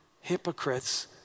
hypocrites